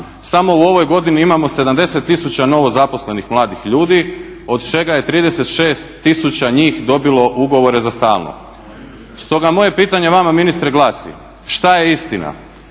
samo u ovoj godini imamo 70 tisuća novozaposlenih mladih ljudi od čega je 36 tisuća njih dobilo ugovore za stalno. Stoga moje pitanje vama ministre glasi šta je istina,